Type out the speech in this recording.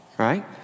right